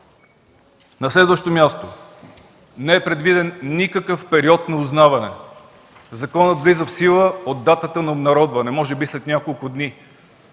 На следващо място, не е предвиден никакъв период на узнаване. Законът влиза в сила от датата на обнародване, може би след няколко дни.